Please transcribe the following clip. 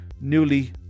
newly